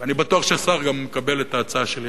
אני בטוח שהשר גם יקבל את ההצעה שלי,